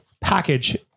package